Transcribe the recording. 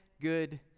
good